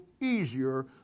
easier